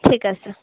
ঠিক আছে